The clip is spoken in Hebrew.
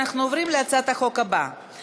אנחנו עוברים להצעת החוק הבאה,